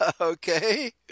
Okay